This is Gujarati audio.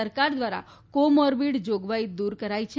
સરકાર દ્વારા કોમરબીડ જોગવાઈ દૂર કરાઈ છે